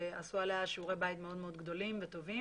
שעשו עליה שיעורי בית מאוד מאוד גדולים וטובים.